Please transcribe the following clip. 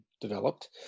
developed